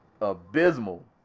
abysmal